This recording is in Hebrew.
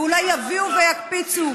ואולי יביאו ויקפיצו,